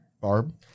Barb